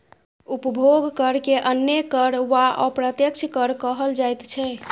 उपभोग करकेँ अन्य कर वा अप्रत्यक्ष कर कहल जाइत छै